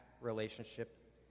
relationship